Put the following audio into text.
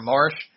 Marsh